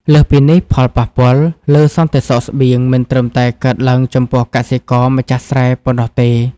លើសពីនេះ ផលប៉ះពាល់លើសន្តិសុខស្បៀងមិនត្រឹមតែកើតឡើងចំពោះកសិករម្ចាស់ស្រែប៉ុណ្ណោះទេ។